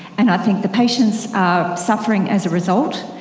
and i think the patients are suffering as a result.